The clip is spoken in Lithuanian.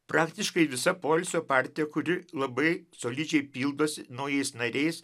praktiškai visa poilsio partija kuri labai solidžiai pildosi naujais nariais